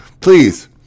please